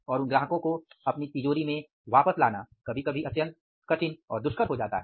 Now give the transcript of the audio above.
और उन ग्राहकों को अपनी तिजोरी में वापस लाना कभी कभी अत्यंत कठिन हो जाता है